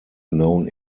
known